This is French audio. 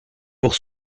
pour